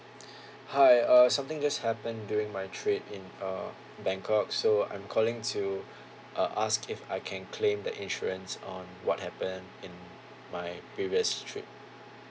hi err something just happened during my trip in uh bangkok so I'm calling to uh ask if I can claim the insurance on what happened in my previous trip